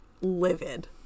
livid